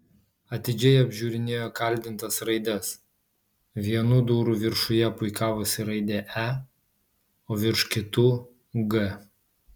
atidžiai apžiūrinėjo kaldintas raides vienų durų viršuje puikavosi raidė e o virš kitų g